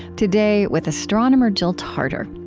today, with astronomer jill tarter.